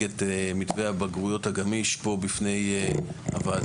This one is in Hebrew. את מתווה הבגרויות הגמיש פה בפני הוועדה.